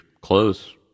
close